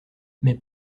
mais